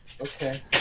Okay